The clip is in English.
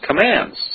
commands